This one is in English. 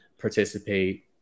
participate